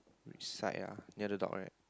which side ah near the dog right